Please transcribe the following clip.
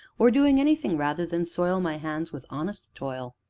or doing anything rather than soil my hands with honest toil,